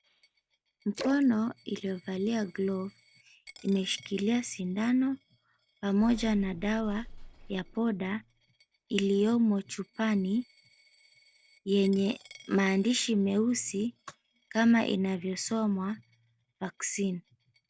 Mkono, iliyovalia glovu, imeshikilia sindano pamoja na dawa ya poda iliyomo chupani, yenye maandishi meusi kama inavyosomwa vaccine .